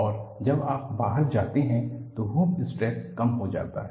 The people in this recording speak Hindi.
और जब आप बाहर जाते हैं तो हूप स्ट्रेस कम हो जाता है